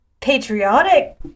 patriotic